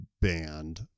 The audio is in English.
band